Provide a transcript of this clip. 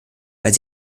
weil